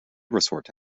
resort